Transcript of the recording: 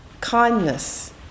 kindness